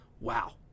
wow